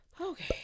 Okay